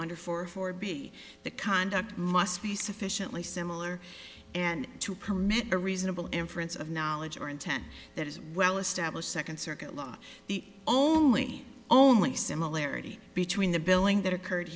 under four for be the conduct must be sufficiently similar and to permit a reasonable inference of knowledge or intent that is well established second circuit law the only only similarity between the billing that occurred